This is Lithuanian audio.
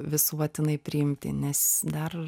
visuotinai priimti nes dar